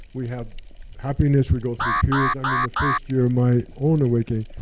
we have happiness, we go through periods. i mean the first year of my own awakening